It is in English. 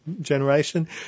generation